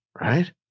right